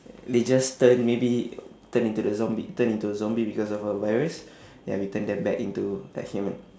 they just turn maybe turn into the zombie turn into a zombie because of a virus ya we turn them back into a human